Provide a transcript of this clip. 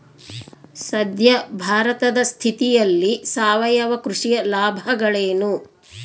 ಸದ್ಯ ಭಾರತದ ಸ್ಥಿತಿಯಲ್ಲಿ ಸಾವಯವ ಕೃಷಿಯ ಲಾಭಗಳೇನು?